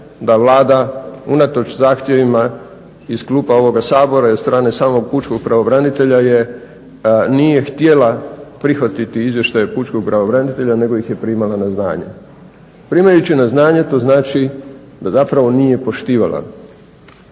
da Vlada unatoč zahtjevima iz klupa ovoga Sabora i od strane samog pučkog pravobranitelja nije htjela prihvatiti izvještaje pučkog pravobranitelja nego ih je primala na znanje. Primajući na znanje to znači da zapravo nije poštivala